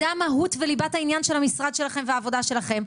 זו המהות וליבת העניין של המשרד והעבודה שלכם.